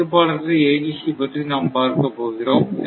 கட்டுப்பாடற்ற AGC பற்றி நாம் பார்க்கப் போகிறோம்